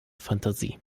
fantasie